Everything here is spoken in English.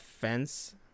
fence